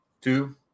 two